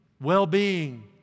well-being